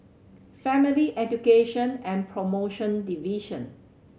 Family Education and Promotion Division